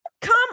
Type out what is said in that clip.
Come